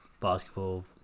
basketball